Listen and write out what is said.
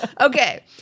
Okay